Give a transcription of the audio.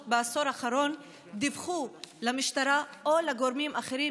בעשור האחרון דיווחו למשטרה או לגורמים אחרים,